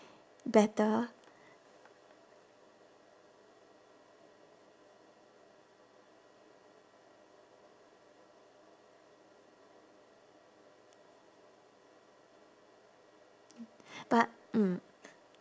better but mm